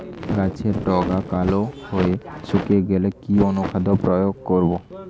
গাছের ডগা কালো হয়ে শুকিয়ে গেলে কি অনুখাদ্য প্রয়োগ করব?